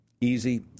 easy